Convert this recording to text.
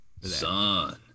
Son